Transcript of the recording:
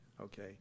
Okay